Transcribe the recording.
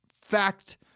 fact